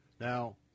Now